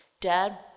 Dad